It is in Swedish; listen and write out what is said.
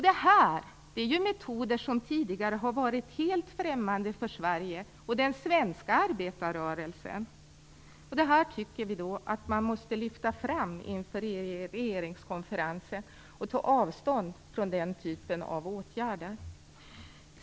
Det här är ju metoder som tidigare har varit helt främmande för Sverige och den svenska arbetarrörelsen. Det här tycker vi att man måste lyfta fram inför regeringskonferensen, och man måste ta avstånd från den typen av åtgärder.